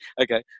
okay